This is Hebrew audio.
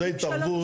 זו התערבות,